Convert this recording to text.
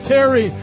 Terry